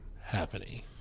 happening